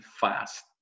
fast